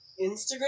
Instagram